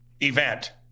event